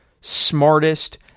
smartest